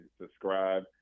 subscribe